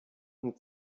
und